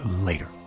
later